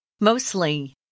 Mostly